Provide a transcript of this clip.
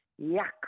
yuck